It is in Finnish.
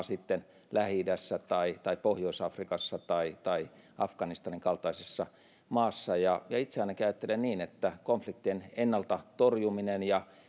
sitten lähi idässä tai tai pohjois afrikassa tai tai afganistanin kaltaisessa maassa ja itse ainakin ajattelen niin että konfliktien ennalta torjuminen ja